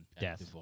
Death